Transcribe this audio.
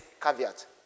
caveat